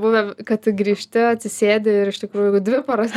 buvę kad grįžti atsisėdi ir iš tikrųjų dvi paras